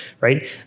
right